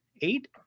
eight